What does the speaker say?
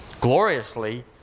gloriously